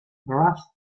graphs